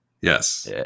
Yes